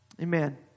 Amen